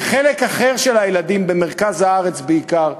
וחלק אחר של הילדים, במרכז הארץ בעיקר,